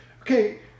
Okay